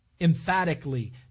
emphatically